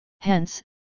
Hence